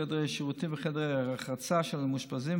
חדרי השירותים וחדרי הרחצה של המאושפזים,